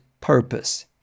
purpose